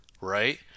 right